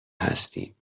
هستیم